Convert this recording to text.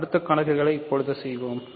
அடுத்த கணக்குகளை இப்போது செய்வோம்